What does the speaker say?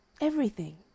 Everything